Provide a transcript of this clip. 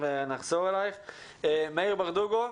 מאיר ברדוגו,